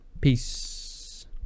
Peace